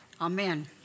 Amen